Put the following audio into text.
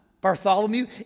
Bartholomew